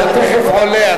אתה תיכף עולה,